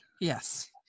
yes